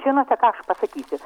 žinote ką pasakysiu